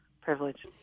privilege